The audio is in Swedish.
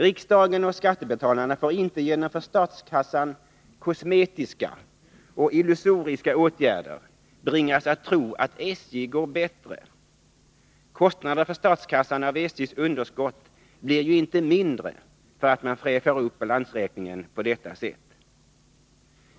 Riksdagen och skattebetalarna får inte genom för statskassan kosmetiska och illusoriska åtgärder bringas att tro att SJ går bättre — kostnaderna för statskassan av SJ:s underskott blir ju inte mindre för att man fräschar upp balansräkningen på detta sätt.